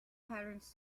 patterns